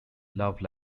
love